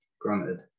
granted